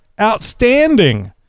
outstanding